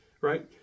right